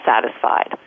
satisfied